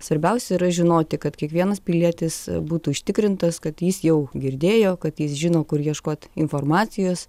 svarbiausia yra žinoti kad kiekvienas pilietis būtų užtikrintas kad jis jau girdėjo kad jis žino kur ieškot informacijos